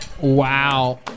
Wow